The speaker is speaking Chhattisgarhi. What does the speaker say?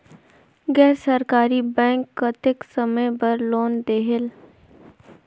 गैर सरकारी बैंक कतेक समय बर लोन देहेल?